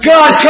God